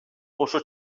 oso